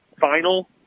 final